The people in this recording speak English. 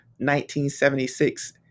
1976